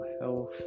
health